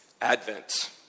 Advent